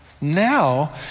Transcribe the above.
now